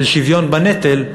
של שוויון בנטל,